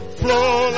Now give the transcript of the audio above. flow